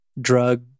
drug